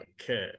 Okay